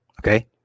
Okay